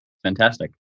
Fantastic